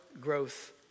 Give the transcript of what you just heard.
growth